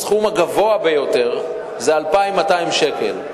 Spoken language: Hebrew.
והסכום הגבוה ביותר הוא 2,200 שקל.